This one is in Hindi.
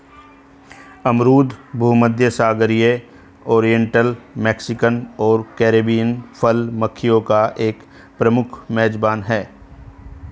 अमरूद भूमध्यसागरीय, ओरिएंटल, मैक्सिकन और कैरिबियन फल मक्खियों का एक प्रमुख मेजबान है